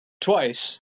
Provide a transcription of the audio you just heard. twice